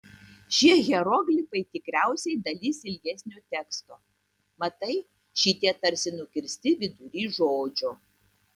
šie hieroglifai tikriausiai dalis ilgesnio teksto matai šitie tarsi nukirsti vidury žodžio